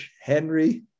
Henry